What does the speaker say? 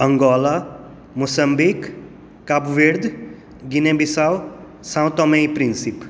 Angola Mozambique Cabo Verde Guinea Bissau सावत अमेय Principe